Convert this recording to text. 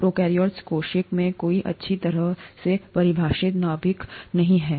prokaryotic कोशिका में कोई अच्छी तरह से परिभाषित नाभिक नहीं है